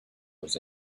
was